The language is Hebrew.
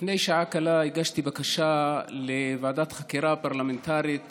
לפני שעה קלה הגשתי בקשה לוועדת חקירה פרלמנטרית